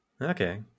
Okay